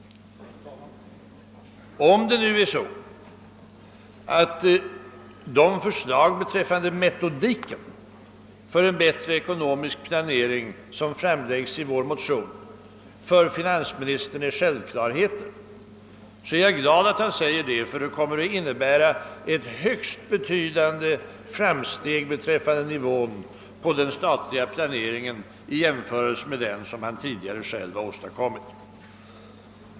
Om de förslag beträffande metodiken för en bättre ekonomisk planering, som framläggs i vår motion, för finansministern är självklarheter är jag glad att han säger det. Ty det kommer då att innebära ett högst betydande framsteg beträffande nivån på den statliga planeringen i jämförelse med den som han tidigare själv har åstadkommit.